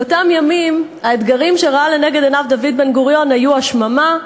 באותם ימים האתגרים שראה לנגד עיניו דוד בן-גוריון היו השממה,